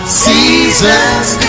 seasons